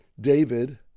David